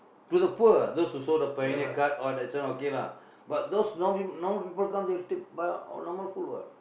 to the poor those who show the pioneer card or this one okay lah but those norm~ normal people come they'll take buy all normal food what